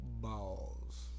balls